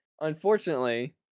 unfortunately